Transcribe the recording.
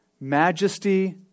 majesty